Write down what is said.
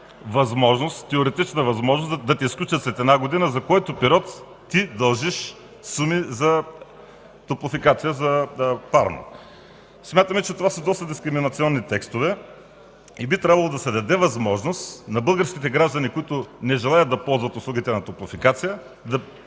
теоретична възможност да те изключат след една година, за който период дължиш суми на Топлофикация за парно. Смятаме, че това са доста дискриминационни текстове и би трябвало да се даде възможност на българските граждани, които не желаят да ползват услугите на Топлофикация, да